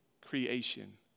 creation